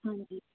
ਹਾਂਜੀ